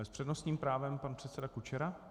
S přednostním právem pan předseda Kučera.